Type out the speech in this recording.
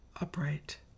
upright